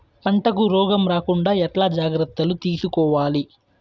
పంటకు రోగం రాకుండా ఎట్లా జాగ్రత్తలు తీసుకోవాలి?